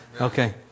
Okay